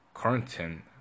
Quarantine